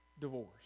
divorce